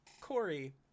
Corey